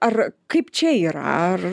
ar kaip čia yra ar